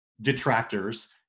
detractors